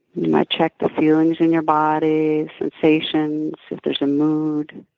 you might check the feelings in your body, sensations, see if there's a mood.